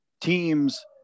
teams